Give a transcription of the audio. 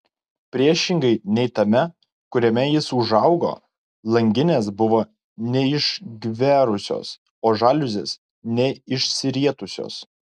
priešingai nei tame kuriame jis užaugo langinės buvo neišgverusios o žaliuzės neišsirietusios